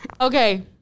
Okay